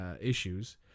issues